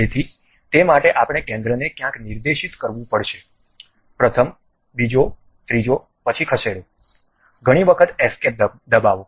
તેથી તે માટે આપણે કેન્દ્રને ક્યાંક નિર્દેશિત કરવું પડશે પ્રથમ બીજો ત્રીજો પછી ખસેડો ઘણી વખત એસ્કેપ દબાવો